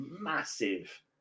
massive